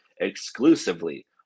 exclusively